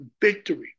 victory